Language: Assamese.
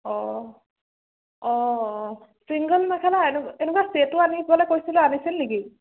অঁ অঁ অঁ ছিংগোল মেখেলা এনেকু এনেকুৱা ছেটো আনিব কৈছিলোঁ আনিছিল নেকি